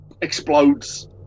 explodes